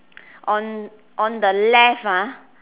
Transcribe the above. on on the left ah